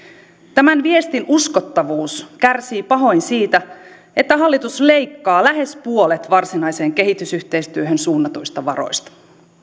tämän viestin uskottavuus kärsii pahoin siitä että hallitus leikkaa lähes puolet varsinaiseen kehitysyhteistyöhön suunnatuista varoista